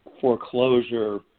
foreclosure